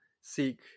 Seek